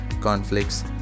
conflicts